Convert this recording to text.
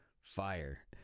fire